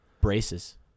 Braces